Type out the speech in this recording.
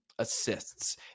assists